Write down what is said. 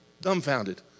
dumbfounded